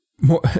more